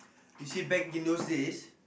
you see back in those days